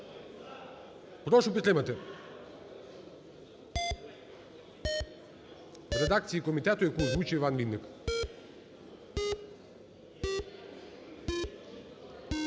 Прошу підтримати. В редакції комітету, яку озвучив Іван Вінник.